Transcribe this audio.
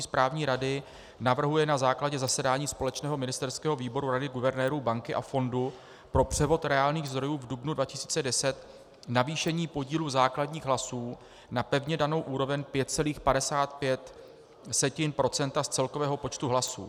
Správní rady navrhuje na základě zasedání společného ministerského výboru Rady guvernérů banky a fondu pro převod reálných zdrojů v dubnu 2010 navýšení podílu základních hlasů na pevně danou úroveň 5,55 % z celkového počtu hlasů.